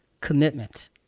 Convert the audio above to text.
commitment